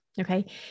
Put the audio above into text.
okay